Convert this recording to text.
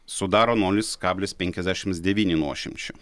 sudaro nulis kablis penkiasdešimt devyni nuošimčio